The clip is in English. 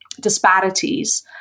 disparities